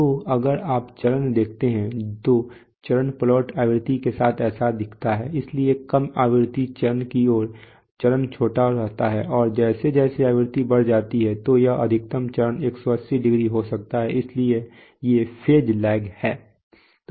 तो अगर आप चरण देखते हैं तो चरण प्लॉट आवृत्ति के साथ ऐसा दिखता है इसलिए कम आवृत्ति चरण की ओर चरण छोटा रहता है और जैसे जैसे आवृत्ति बढ़ जाती है तो यह अधिकतम चरण 180 डिग्री हो सकता है इसलिए ये फेज लैग हैं